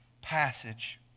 passage